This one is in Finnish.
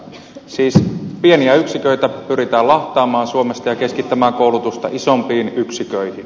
siis pieniä yksiköitä pyritään lahtaamaan suomesta ja keskittämään koulutusta isompiin yksiköihin